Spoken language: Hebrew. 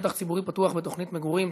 שטח ציבורי פתוח בתוכנית מגורים),